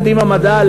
"קדימה מדע",